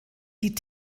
die